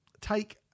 take